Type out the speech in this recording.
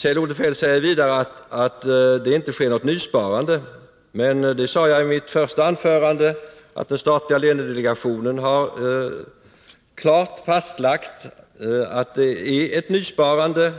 Kjell-Olof Feldt säger vidare att det inte förekommer något nysparande. Men jag sade i mitt första anförande att den statliga lönedelegationen klart har fastlagt att det förekommer ett nysparande.